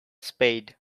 spade